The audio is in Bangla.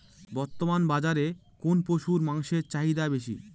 বর্তমান বাজারে কোন পশুর মাংসের চাহিদা বেশি?